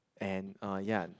and uh ya